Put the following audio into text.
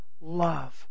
Love